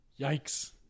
yikes